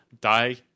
die